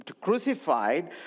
crucified